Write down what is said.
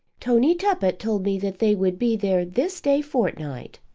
tony tuppett told me that they would be there this day fortnight.